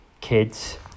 kids